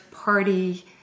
Party